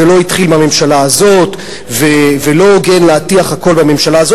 זה לא התחיל בממשלה הזאת ולא הוגן להטיח הכול בממשלה הזאת.